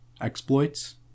exploits